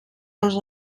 els